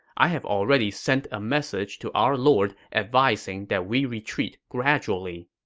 i have already sent a message to our lord advising that we retreat gradually.